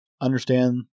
Understand